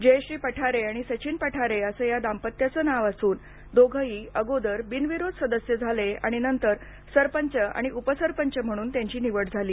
जयश्री पठारे आणि सचिन पठारे असं या दाम्पत्याचे नाव असून दोघंही अगोदर बिनविरोध सदस्य झाले आणि नंतर सरपंच आणि उपसरपंच म्हणून त्यांची निवड झाली